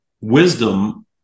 wisdom